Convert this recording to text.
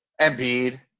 Embiid